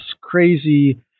crazy